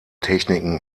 techniken